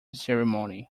ceremony